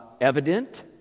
evident